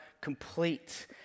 complete